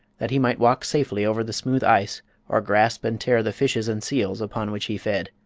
that he might walk safely over the smooth ice or grasp and tear the fishes and seals upon which he fed.